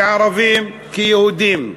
ערבים כיהודים.